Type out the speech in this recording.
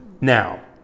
Now